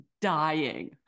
dying